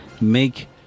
make